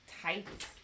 tights